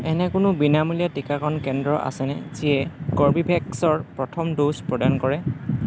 এনে কোনো বিনামূলীয়া টীকাকৰণ কেন্দ্ৰ আছেনে যিয়ে কৰ্বীভেক্সৰ প্ৰথম ড'জ প্ৰদান কৰে